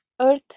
earth